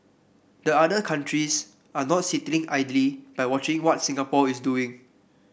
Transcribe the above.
the other countries are not sitting idly by watching what Singapore is doing